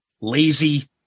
lazy